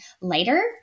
later